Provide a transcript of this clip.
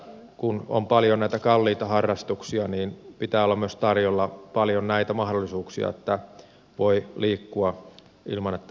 kun on paljon näitä kalliita harrastuksia niin pitää olla myös tarjolla paljon näitä mahdollisuuksia että voi liikkua ilman että se maksaa